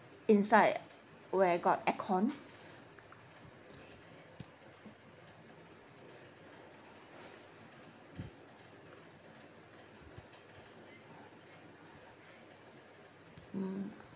inside where got aircon mm